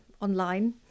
online